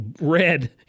red